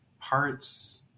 parts